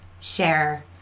share